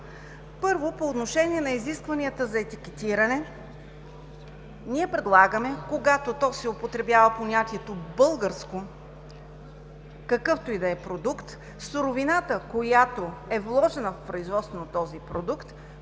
Първо, по отношение на изискванията за етикетиране предлагаме, когато се употребява понятието „българско“, за какъвто и да е продукт, суровината, която е вложена в производството на този продукт,